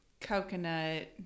coconut